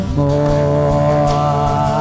more